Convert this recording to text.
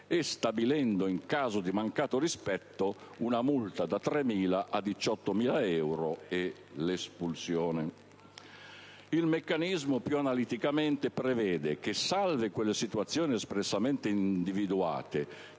e stabilendo, in caso di mancato rispetto, una multa da 3.000 a 18.000 euro e l'espulsione. Il meccanismo, più analiticamente, prevede che, salve quelle situazioni espressamente individuate,